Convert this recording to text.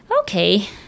Okay